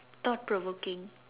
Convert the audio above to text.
thought provoking